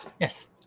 Yes